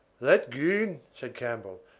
that goon, said campbell,